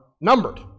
numbered